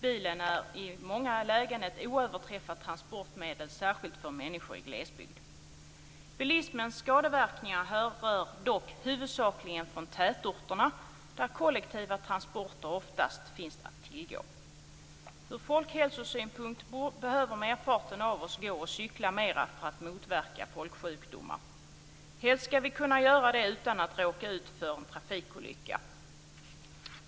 Bilen är i många lägen ett oöverträffat transportmedel, särskilt för människor i glesbygd. Bilismens skadeverkningar härrör dock huvudsakligen från tätorterna, där kollektiva transporter oftast finns att tillgå. Ur folkhälsosynpunkt behöver merparten av oss gå och cykla mer för att motverka folksjukdomar. Helst skall vi kunna göra det utan att råka ut för en trafikolycka.